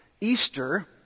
Easter